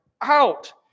out